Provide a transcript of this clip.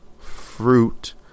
fruit